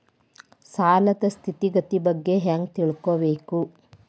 ಸಾಲದ್ ಸ್ಥಿತಿಗತಿ ಬಗ್ಗೆ ಹೆಂಗ್ ತಿಳ್ಕೊಬೇಕು?